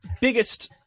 biggest